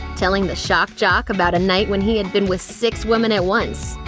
telling the shock jock about a night when he had been with six women at once.